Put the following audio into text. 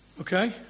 Okay